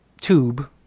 tube